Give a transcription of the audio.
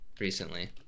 recently